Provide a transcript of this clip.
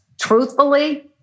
Truthfully